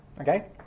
Okay